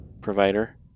provider